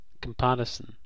comparison